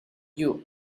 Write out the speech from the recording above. you